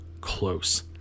close